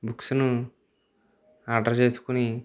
బుక్స్ను order చేసుకొని